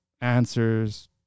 answers